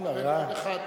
אבל אחד רק הצליח.